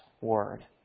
Word